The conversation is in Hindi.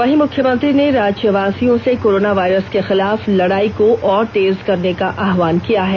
वहीं मुख्यमंत्री ने राज्यवासियों से कोरोना वायरस के खिलाफ लड़ाई को और तेज करने का आहवान किया है